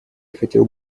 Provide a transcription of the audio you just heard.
хотел